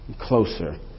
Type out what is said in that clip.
closer